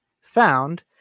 found